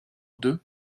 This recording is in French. deux